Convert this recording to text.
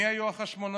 מי היו החשמונאים,